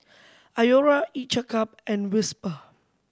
Iora Each a Cup and Whisper